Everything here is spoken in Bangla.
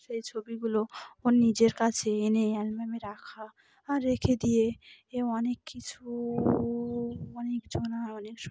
সেই ছবিগুলো ওর নিজের কাছে এনে অ্যালবামে রাখা আর রেখে দিয়ে এ অনেক কিছু অনেকজন অনেক